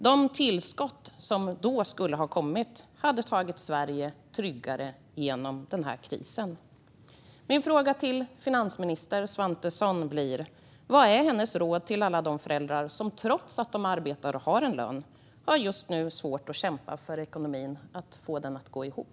De tillskott som då skulle ha kommit hade tagit Sverige tryggare genom krisen. Min fråga till finansminister Svantesson blir: Vad är hennes råd till alla de föräldrar som trots att de arbetar och har en lön just nu har det svårt och får kämpa för att få ekonomin att gå ihop?